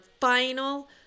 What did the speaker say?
final